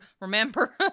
remember